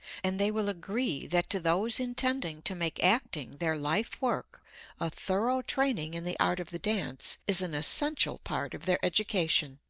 and they will agree that to those intending to make acting their life work a thorough training in the art of the dance is an essential part of their education.